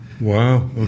Wow